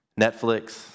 Netflix